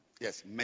Yes